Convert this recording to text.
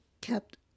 kept